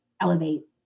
elevate